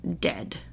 dead